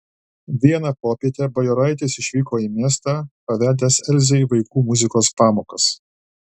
vieną popietę bajoraitis išvyko į miestą pavedęs elzei vaikų muzikos pamokas